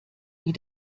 wie